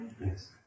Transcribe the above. Yes